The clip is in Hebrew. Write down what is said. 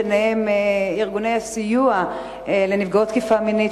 וביניהם ארגוני הסיוע לנפגעות תקיפה מינית,